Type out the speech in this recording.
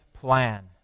plan